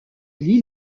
lie